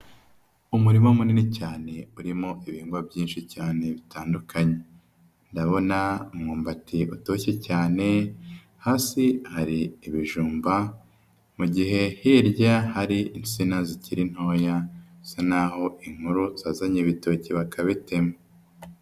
Umurima munini cyane urimo ibihingwa byinshi cyane bitandukanye, ndabona umwumbati utoshye cyane, hasi hari ibijumba, mu gihe hirya hari insina zikiri ntoya bisa n'aho inkuru zazanye ibitoki bakabitema.